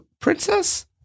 princess